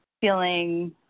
feeling